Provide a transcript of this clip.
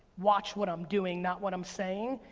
watch what i'm doing, not what i'm saying,